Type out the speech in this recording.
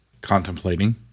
Contemplating